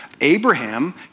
Abraham